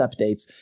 updates